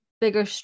bigger